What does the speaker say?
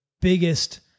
biggest